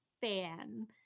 fan